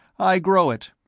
i grow it.